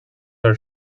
are